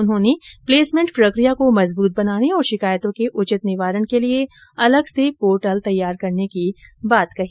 उन्होंने प्लेसमेंट प्रक्रिया को मजबूत बनाने और शिकायतों के उचित निवारण के लिये अलग से पोर्टल तैयार करने की बात कही